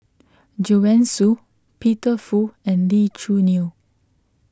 Joanne Soo Peter Fu and Lee Choo Neo